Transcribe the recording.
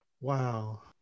Wow